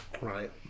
Right